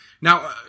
Now